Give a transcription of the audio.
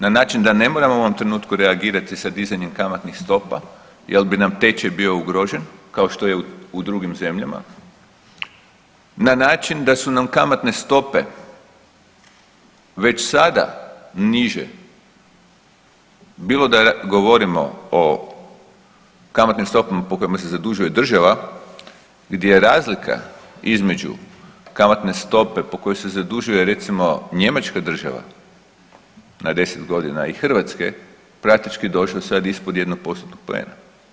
Na način da ne moramo u ovom trenutku reagirati sa dizanjem kamatnih stopa jel bi nam tečaj bio ugrožen kao što je u drugim zemljama, na način da su nam kamatne stope već sada niže, bilo da govorimo o kamatnim stopama po kojima se zadužuje država gdje razlika između kamatne stope po kojoj se zadužuje recimo njemačka država na 10.g. i Hrvatske, praktički došlo sad ispod 1%-tnog poena.